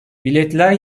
biletler